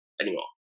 anymore